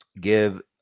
give